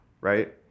Right